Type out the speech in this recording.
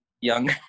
Young